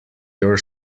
your